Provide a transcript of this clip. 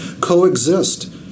coexist